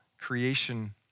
creation